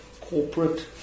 corporate